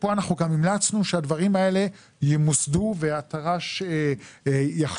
ופה אנחנו גם המלצנו שהדברים האלה ימוסדו והתר"ש יחזור,